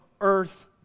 earth